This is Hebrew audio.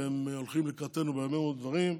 והם הולכים לקראתנו בהרבה מאוד דברים.